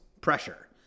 pressure